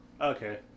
Okay